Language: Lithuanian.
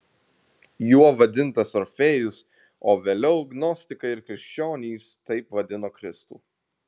juo vadintas orfėjus o vėliau gnostikai ir krikščionys taip vadino kristų